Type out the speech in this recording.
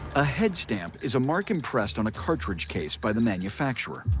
a head stamp is a mark impressed on a cartridge case by the manufacturer.